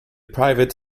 private